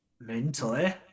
Mentally